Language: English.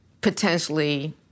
potentially